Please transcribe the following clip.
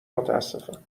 متاسفم